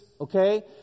Okay